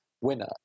winner